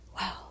wow